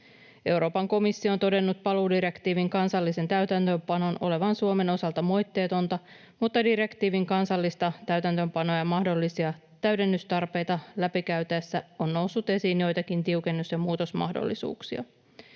Euroopan komissio on todennut paluudirektiivin kansallisen täytäntöönpanon olevan Suomen osalta moitteetonta, mutta direktiivin kansallista täytäntöönpanoa ja mahdollisia täydennystarpeita läpikäytäessä on noussut esiin joitakin tiukennus- ja muutosmahdollisuuksia.